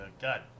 God